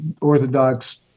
Orthodox